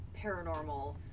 paranormal